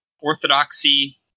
Orthodoxy